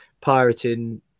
pirating